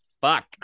fuck